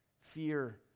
fear